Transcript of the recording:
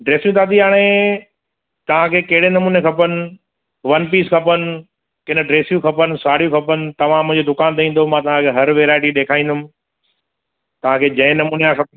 ड्रेसियूं दादी हाणे तव्हां खे कहिड़े नमूने खपनि वन पीस खपनि किन ड्रेसियूं खपनि सड़ियूं खपनि तव्हां मुंहिंजे दुकान ते ईंदव मां तव्हां खे हर व्हेयराइटी ॾेखाइनुमि तव्हां खे जंहिं नमूने जा खपे